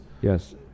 Yes